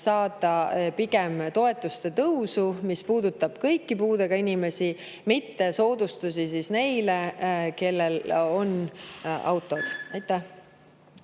saada pigem toetuste tõusu, mis puudutab kõiki puudega inimesi, mitte soodustusi neile, kellel on autod. Suur